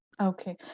Okay